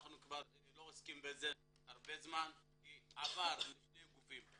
אנחנו כבר לא עוסקים הרבה זמן כי זה עבר לשני גופים.